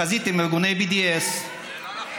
בחזית עם ארגוני BDS. זה לא נכון.